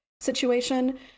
situation